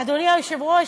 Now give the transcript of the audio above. אדוני היושב-ראש,